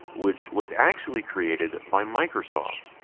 which was actually created by microsoft.